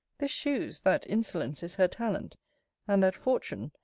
this shews, that insolence is her talent and that fortune,